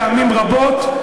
הותקפתי פה אישית פעמים רבות,